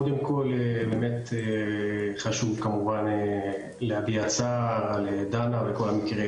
חשוב כמובן להביע צער על דנה וכל המקרה